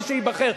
מי שייבחר.